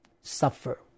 suffer